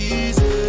easy